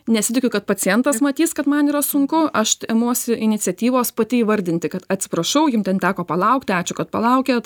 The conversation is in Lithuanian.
nesitikiu kad pacientas matys kad man yra sunku aš imuosi iniciatyvos pati įvardinti kad atsiprašau jum ten teko palaukti ačiū kad palaukėt